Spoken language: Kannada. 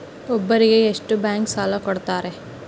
ಒಬ್ಬರಿಗೆ ಎಷ್ಟು ಬ್ಯಾಂಕ್ ಸಾಲ ಕೊಡ್ತಾರೆ?